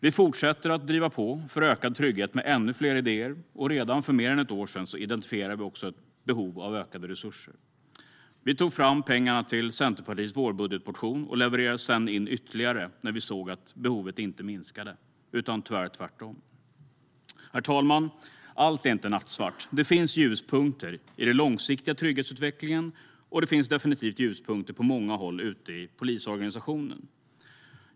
Vi fortsätter att driva på för ökad trygghet med ännu fler idéer. Redan för mer än ett år sedan identifierade vi ett behov av ökade resurser. Vi tog fram pengarna till Centerpartiets vårbudgetmotion och levererade sedan in ytterligare när vi såg att behovet inte minskade utan tyvärr tvärtom. Herr talman! Allt är inte nattsvart. Det finns ljuspunkter i den långsiktiga trygghetsutvecklingen, och det finns definitivt ljuspunkter på många håll ute i polisorganisationen.